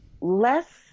less